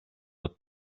dat